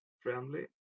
friendly